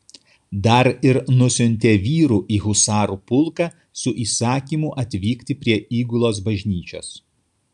dar ir nusiuntė vyrų į husarų pulką su įsakymu atvykti prie įgulos bažnyčios